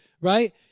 right